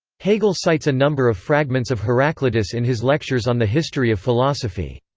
hegel cites a number of fragments of heraclitus in his lectures on the history of philosophy.